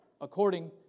according